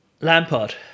Lampard